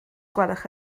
gwelwch